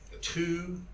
two